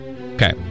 Okay